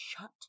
shut